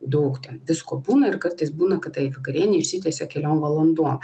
daug ten visko būna ir kartais būna kad ta vakarienė išsitiesia keliom valandom